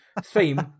theme